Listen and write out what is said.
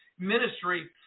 ministry